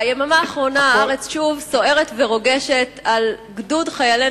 ביממה האחרונה הארץ שוב סוערת ורוגשת על גדוד חיילי